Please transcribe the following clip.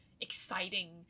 exciting